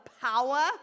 power